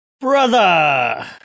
Brother